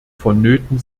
vonnöten